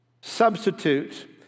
Substitute